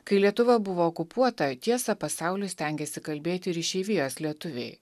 kai lietuva buvo okupuota tiesą pasauliui stengėsi kalbėti ir išeivijos lietuviai